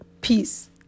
peace